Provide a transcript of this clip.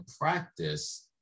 practice